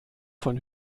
von